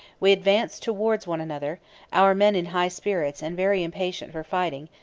we advanced towards one another our men in high spirits, and very impatient for fighting,